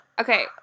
Okay